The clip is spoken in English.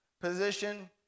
position